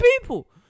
people